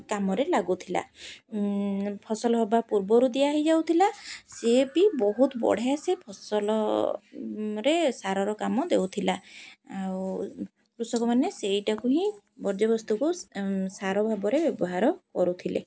କାମରେ ଲାଗୁଥିଲା ଫସଲ ହବା ପୂର୍ବରୁ ଦିଆ ହେଇଯାଉଥିଲା ସିଏ ବି ବହୁତ ବଢ଼ିଆ ସେ ଫସଲରେ ସାରର କାମ ଦେଉଥିଲା ଆଉ କୃଷକମାନେ ସେଇଟାକୁ ହିଁ ବର୍ଜ୍ୟବସ୍ତୁକୁ ସାର ଭାବରେ ବ୍ୟବହାର କରୁଥିଲେ